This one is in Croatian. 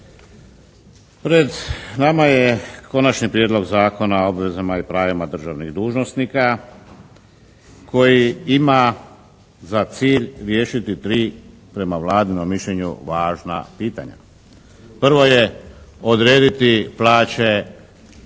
Pred nama je Konačni prijedlog Zakona o obvezama i pravima državnih dužnosnika koji ima za cilj riješiti tri, prema Vladinom mišljenju važna pitanja. Prvo je odrediti plaće